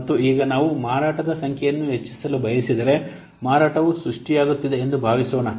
ಮತ್ತು ಈಗ ನಾವು ಮಾರಾಟದ ಸಂಖ್ಯೆಯನ್ನು ಹೆಚ್ಚಿಸಲು ಬಯಸಿದರೆ ಮಾರಾಟವು ಸೃಷ್ಟಿಯಾಗುತ್ತಿದೆ ಎಂದು ಭಾವಿಸೋಣ